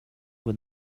with